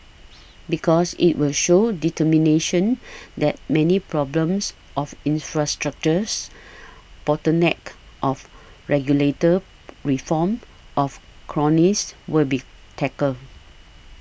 because it will show determination that many problems of infrastructures bottlenecks of regulator reforms of cronies will be tackled